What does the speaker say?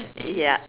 ya